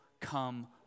come